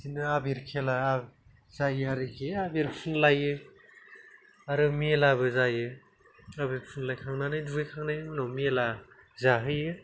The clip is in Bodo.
बिदिनो आबिर खेला जायो आरोखि आबिर फुनलायो आरो मेलाबो जायो आबिर फुनलायखांनानै दुगैखांनायनि उनाव मेला जाहोयो